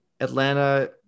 Atlanta